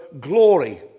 glory